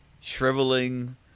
shriveling